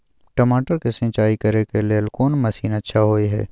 टमाटर के सिंचाई करे के लेल कोन मसीन अच्छा होय है